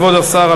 כבוד השר,